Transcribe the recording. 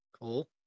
Cool